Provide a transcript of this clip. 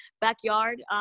backyard